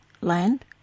land